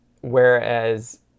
Whereas